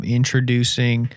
introducing